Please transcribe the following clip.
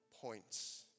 points